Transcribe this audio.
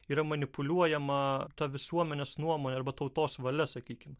yra manipuliuojama ta visuomenės nuomonė arba tautos valia sakykim